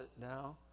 now